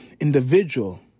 individual